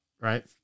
right